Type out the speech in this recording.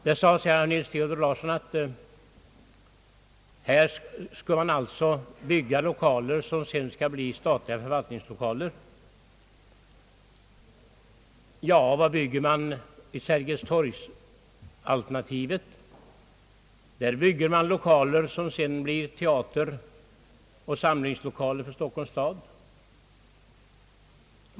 dan skulle bli statliga förvaltningslokaler. Ja, vad skulle man bygga enligt Sergelstorgs-alternativet? I det faliet skulle lokalerna sedan bli teater och samlingslokaler för Stockholms stad.